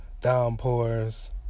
downpours